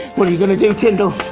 what are you gonna do, tindall?